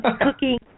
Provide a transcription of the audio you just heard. cooking